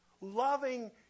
Loving